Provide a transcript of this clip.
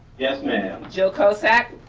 yes, ma'am. gilcosack.